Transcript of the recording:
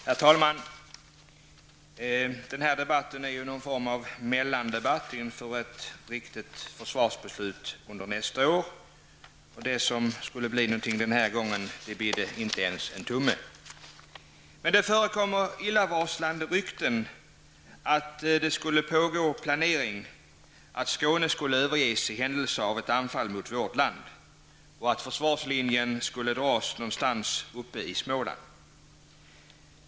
Herr talman! Denna debatt är en form av mellandebatt inför ett viktigt försvarsbeslut nästa år. Det som denna gång skulle bli någonting bidde inte ens en tumme. Men det förekommer illavarslande rykten om att det skulle pågå planering att Skåne skulle överges i händelse av ett anfall mot vårt land och att försvarslinjen skulle dras någonstans uppe i Småland.